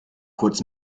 kurz